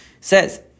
says